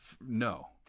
No